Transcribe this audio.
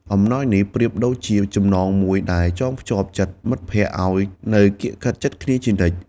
អំណោយនេះប្រៀបដូចជាចំណងមួយដែលចងភ្ជាប់ចិត្តមិត្តភក្តិឲ្យនៅកៀកកិតជិតគ្នាជានិច្ច។